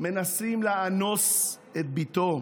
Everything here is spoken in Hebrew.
מנסים לאנוס את בתו,